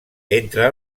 entre